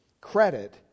credit